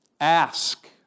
ask